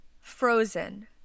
frozen